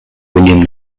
william